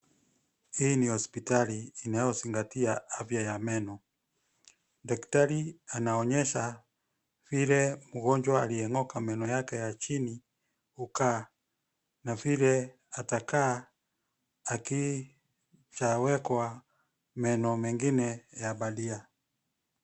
Hii ni hospitali inayozingatia afya ya meno. Daktari anaonyesha vile mgonjwa aliyeng'oka meno yake ya chini hukaa na vile atakaa akishawekwa meno mengine ya bandia.